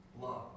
love